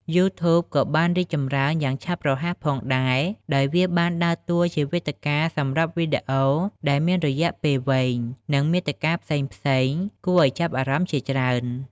YouTube ក៏បានរីកចម្រើនយ៉ាងឆាប់រហ័សផងដែរ ដោយវាបានដើរតួជាវេទិកាសម្រាប់វីដេអូដែលមានរយៈពេលវែង និងមាតិកាផ្សេងៗគួរឱ្យចាប់អារម្មណ៍ជាច្រើន។